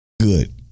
good